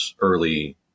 early